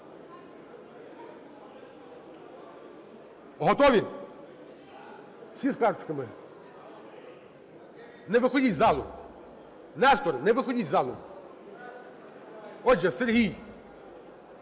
Готові? Всі з карточками? Не виходіть із залу. Несторе, не виходіть із залу. Отже… Сергій,